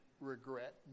regret